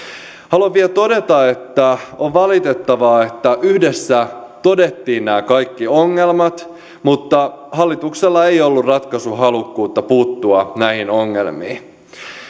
haluan vielä todeta että on valitettavaa että vaikka yhdessä todettiin nämä kaikki ongelmat hallituksella ei ollut ratkaisuhalukkuutta puuttua näihin ongelmiin